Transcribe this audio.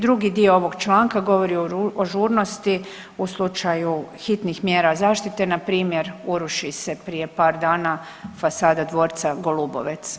Drugi dio ovog čl. govori o žurnosti u slučaju hitnih mjera zaštite, npr. uruši se prije par dana fasada dvorca Golubovec.